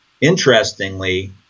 Interestingly